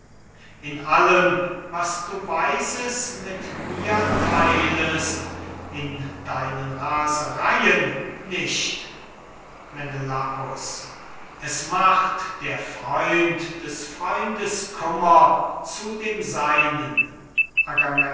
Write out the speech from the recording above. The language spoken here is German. in allem was du weises mit mir theilest in deinen rasereien